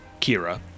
Kira